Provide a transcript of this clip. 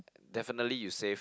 definitely you saved